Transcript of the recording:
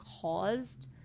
caused